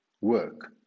work